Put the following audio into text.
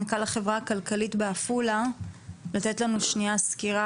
מנכ"ל החברה הכלכלית בעפולה לתת לנו שנייה סקירה